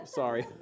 sorry